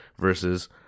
versus